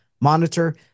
monitor